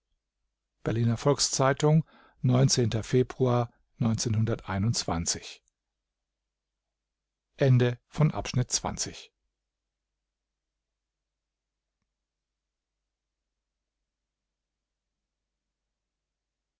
berliner volks-zeitung februar